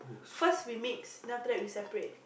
first we mix then after that we separate